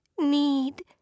need